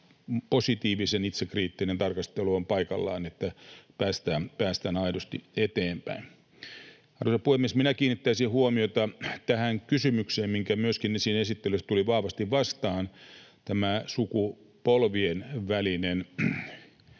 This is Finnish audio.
positiivisen itsekriittinen tarkastelu on paikallaan, että päästään aidosti eteenpäin. Arvoisa puhemies! Minä kiinnittäisin huomiota tähän kysymykseen, mikä myöskin esittelyssä tuli vahvasti vastaan: tähän sukupolvien väliseen